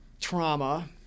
trauma